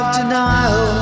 denial